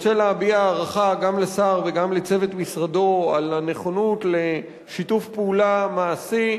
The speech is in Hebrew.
רוצה להביע הערכה גם לשר וגם לצוות משרדו על הנכונות לשיתוף פעולה מעשי,